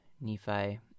Nephi